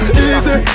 Easy